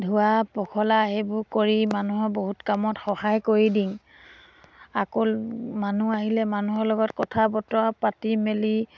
ধোৱা পখলা সেইবোৰ কৰি মানুহৰ বহুত কামত সহায় কৰি দিওঁ আকৌ মানুহ আহিলে মানুহৰ লগত কথা বতৰা পাতি মেলি